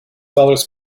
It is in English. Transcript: dollars